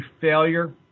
failure